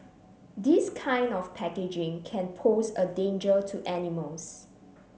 this kind of packaging can pose a danger to animals